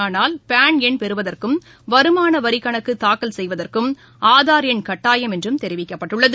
ஆனால் பான் எண் பெறுவதற்கும் வருமான வரி கணக்கு தாக்கல் செய்வதற்கும் ஆதார் எண் கட்டாயம் என்றும் தெரிவிக்கப்பட்டுள்ளது